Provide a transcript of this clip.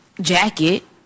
jacket